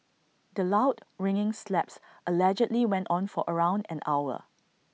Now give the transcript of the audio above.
the loud ringing slaps allegedly went on for around an hour